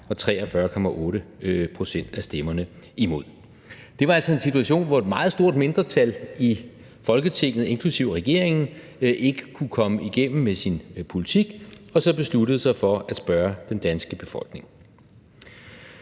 og 43,8 pct. af stemmerne imod. Det var altså en situation, hvor et meget stort mindretal i Folketinget, inklusive regeringen, ikke kunne komme igennem med sin politik, og så besluttede man sig for at spørge den danske befolkning.